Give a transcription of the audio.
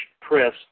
press